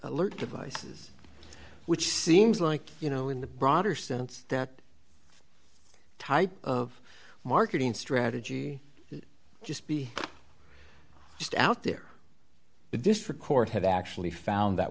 alert devices which seems like you know in the broader sense that type of marketing strategy just be just out there the district court had actually found that